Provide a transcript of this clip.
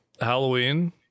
Halloween